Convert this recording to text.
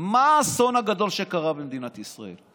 מה האסון הגדול שקרה במדינת ישראל?